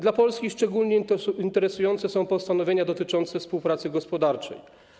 Dla Polski szczególnie interesujące są postanowienia dotyczące współpracy gospodarczej.